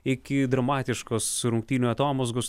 iki dramatiškos rungtynių atomazgos